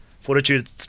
fortitude